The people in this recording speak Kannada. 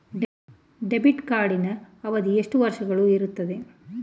ಡೆಬಿಟ್ ಕಾರ್ಡಿನ ಅವಧಿ ಎಷ್ಟು ವರ್ಷಗಳು ಇರುತ್ತದೆ?